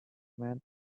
man